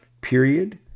period